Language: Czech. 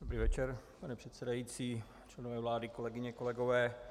Dobrý večer, pane předsedající, členové vlády, kolegyně a kolegové.